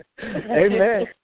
Amen